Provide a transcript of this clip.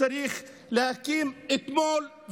צריך אותם להקים בנגב אתמול,